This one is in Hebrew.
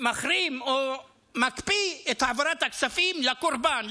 מחרים או מקפיא את העברת הכספים לקורבן,